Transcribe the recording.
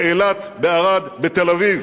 באילת, בערד, בתל-אביב,